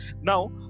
now